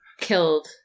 killed